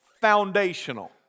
foundational